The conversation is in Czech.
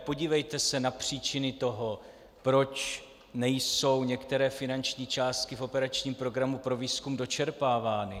Podívejte se na příčiny toho, proč nejsou některé finanční částky v operačním programu pro výzkum dočerpávány.